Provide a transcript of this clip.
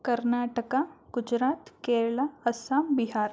Karnataka Gujarat Kerala Assam Bihar